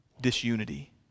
disunity